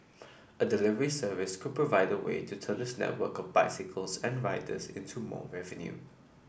a delivery service could provide a way to turn its network of bicycles and riders into more revenue